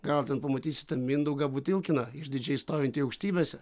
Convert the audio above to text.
gal ten pamatysite mindaugą butilkiną išdidžiai stovintį aukštybėse